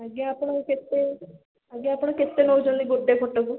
ଆଜ୍ଞା ଆପଣଙ୍କୁ କେତେ ଆଜ୍ଞା ଆପଣ କେତେ ନେଉଛନ୍ତି ଗୋଟେ ଫଟୋକୁ